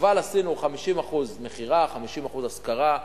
עשינו 50% מכירה, 50% השכרה.